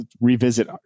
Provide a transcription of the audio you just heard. revisit